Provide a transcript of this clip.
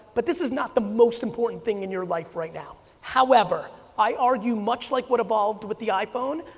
but this is not the most important thing in your life right now. however, i argue much like what evolved with the iphone,